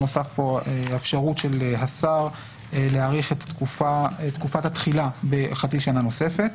אפשרות של השר להאריך את תקופת התחילה בחצי שנה נוספת.